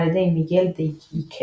על ידי מיגל דה יקאזה